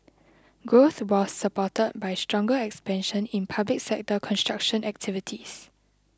growth was supported by stronger expansion in public sector construction activities